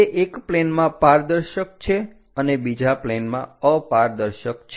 તે એક પ્લેનમાં પારદર્શક છે અને બીજા પ્લેનમાં અપારદર્શક છે